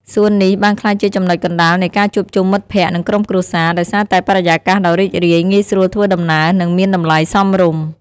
សួននេះបានក្លាយជាចំណុចកណ្ដាលនៃការជួបជុំមិត្តភក្ដិ និងក្រុមគ្រួសារ ដោយសារតែបរិយាកាសដ៏រីករាយ ងាយស្រួលធ្វើដំណើរ និងមានតម្លៃសមរម្យ។